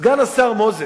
סגן השר מוזס,